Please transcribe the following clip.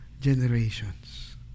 generations